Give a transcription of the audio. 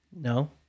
No